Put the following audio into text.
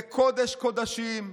זה קודש-קודשים,